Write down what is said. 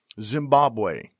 Zimbabwe